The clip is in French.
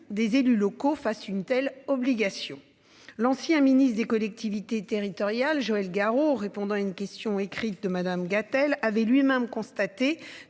des élus locaux fassent une telle obligation. L'ancien ministre des collectivités territoriales Joël Garreau, répondant à une question écrite de Madame Gatel avait lui-même constaté